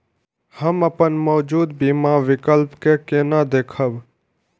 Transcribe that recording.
हम अपन मौजूद बीमा विकल्प के केना देखब?